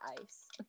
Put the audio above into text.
ice